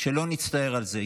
שלא נצטער על זה.